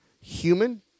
human